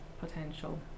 potential